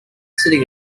sitting